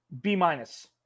B-minus